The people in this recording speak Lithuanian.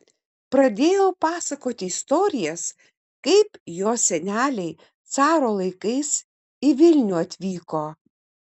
pradėjo pasakoti istorijas kaip jos seneliai caro laikais į vilnių atvyko